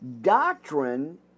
Doctrine